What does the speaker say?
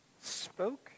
spoke